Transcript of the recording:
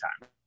time